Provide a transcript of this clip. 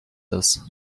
this